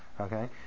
Okay